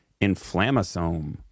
inflammasome